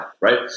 right